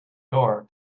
door